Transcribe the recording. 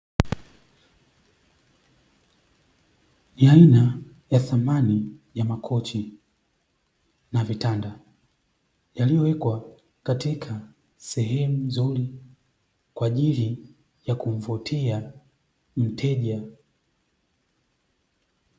Ni aina ya samani ya makochi na vitanda, yaliyowekwa katika sehemu nzuri kwa ajili ya kumvutia mteja.